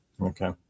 Okay